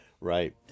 right